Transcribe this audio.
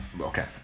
okay